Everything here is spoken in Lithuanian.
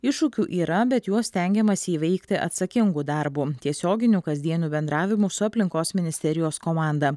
iššūkių yra bet juos stengiamasi įveikti atsakingu darbu tiesioginiu kasdieniu bendravimu su aplinkos ministerijos komanda